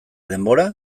denbora